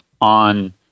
on